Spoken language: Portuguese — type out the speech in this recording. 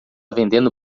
vendendo